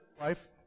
life